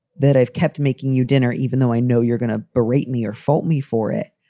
that i've kept making you dinner even though i know you're going to berate me or fault me for it.